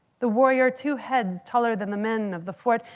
the warrior, two heads taller than the men of the fort,